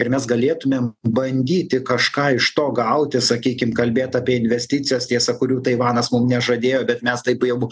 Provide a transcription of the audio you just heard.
ir mes galėtumėm bandyti kažką iš to gauti sakykim kalbėt apie investicijas tiesa kurių taivanas mum nežadėjo bet mes taip jaub